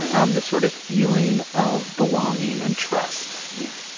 um this sort of feeling of belonging and trust yeah.